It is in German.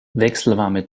wechselwarme